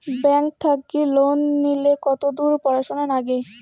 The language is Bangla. ব্যাংক থাকি লোন নিলে কতদূর পড়াশুনা নাগে?